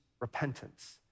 repentance